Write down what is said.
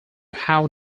how